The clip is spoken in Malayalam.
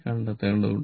കണ്ടെത്തേണ്ടതുണ്ട്